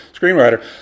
screenwriter